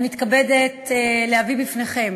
אני מתכבדת להביא בפניכם